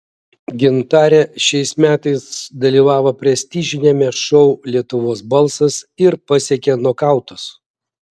gintarė šiais metais dalyvavo prestižiniame šou lietuvos balsas ir pasiekė nokautus